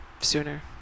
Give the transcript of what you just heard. sooner